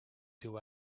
two